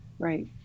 Right